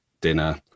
dinner